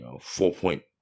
four-point